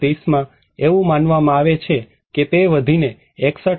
2030 માં એવું માનવામાં આવે છે કે તે વધીને 61